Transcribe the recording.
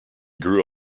grew